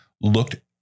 looked